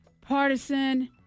partisan